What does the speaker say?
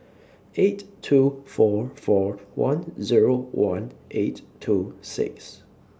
eight two four four one Zero one eight two six